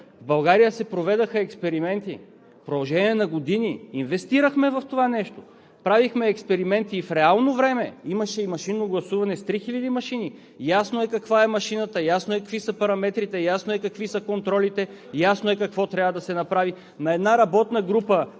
В България се проведоха експерименти в продължение на години, инвестирахме в това нещо, правихме експерименти и в реално време, имаше и машинно гласуване с 3000 машини! Ясно е каква е машината, ясно е какви са параметрите, ясно е какви са контролите, ясно е какво трябва да се направи! На една работна група,